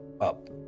up